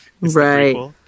right